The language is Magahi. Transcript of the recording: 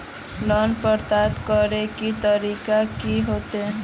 लोन प्राप्त करे के तरीका की होते?